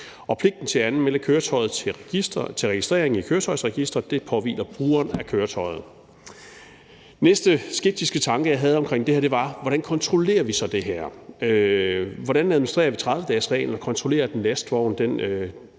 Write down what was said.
Pligten til at anmelde køretøjet til registrering i Køretøjsregisteret påhviler brugeren af køretøjet. Den næste skeptiske tanke, jeg havde omkring det her, var: Hvordan kontrollerer vi så det her? Hvordan administrerer vi 30-dagesreglen og kontrollerer, om en lastvogn har